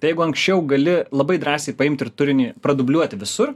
tai jeigu anksčiau gali labai drąsiai paimti ir turinį pradubliuoti visur